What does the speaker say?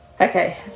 okay